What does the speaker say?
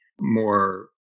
more